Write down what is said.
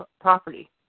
property